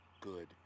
good